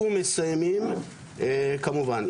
ומסיימים כמובן.